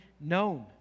known